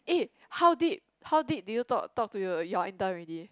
eh how deep how deep did you talk talk to your intern already